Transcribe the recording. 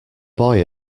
boy